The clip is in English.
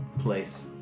place